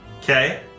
Okay